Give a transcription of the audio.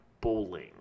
bowling